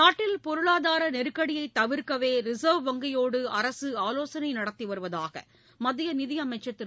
நாட்டில் பொருளாதார நெருக்கடியைத் தவிர்க்கவே ரிசர்வ் வங்கியோடு அரசு ஆவோசனை நடத்தி வருவதாக மத்த்திய நிதியமைச்சர் திரு